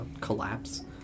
collapse